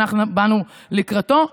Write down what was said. אנחנו באנו לקראתו,